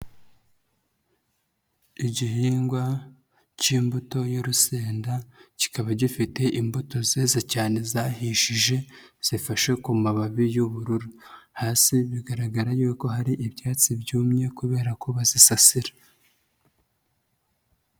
Igihingwa cy'imbuto y'urusenda kikaba gifite imbuto zeze cyane zahishije, zifashe ku mababi y'ubururu. Hasi bigaragara yuko hari ibyatsi byumye kubera ko bazisasira.